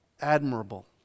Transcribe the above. Admirable